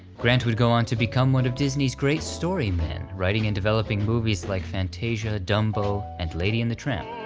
grant would go on to become one of disney's great story men, writing and developing movies like fantasia, dumbo, and lady and the tramp.